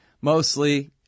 mostly